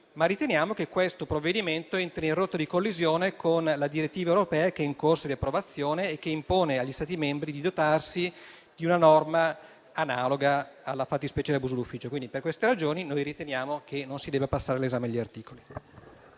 riteniamo che questo provvedimento entri in rotta di collisione con la direttiva europea che è in corso di approvazione e che impone agli Stati membri di dotarsi di una norma analoga alla fattispecie dell'abuso d'ufficio. Per queste ragioni noi riteniamo che non si debba passare all'esame degli articoli.